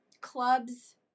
clubs